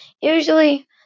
Usually